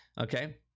okay